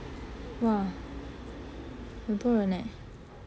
!wah! 很多人 leh